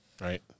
right